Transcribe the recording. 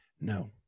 No